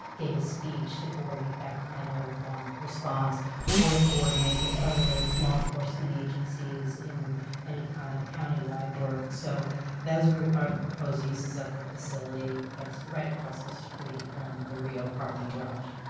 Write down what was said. gave a speech to coordinate that kind of response or to coordinate with other law enforcement agencies in any kind of countywide work. so those are the proposed uses of the facility that's right across the street from the rio parking garage.